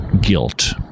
guilt